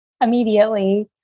immediately